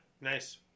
Nice